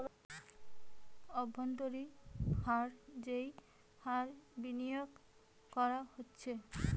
অব্ভন্তরীন হার যেই হার বিনিয়োগ করা হতিছে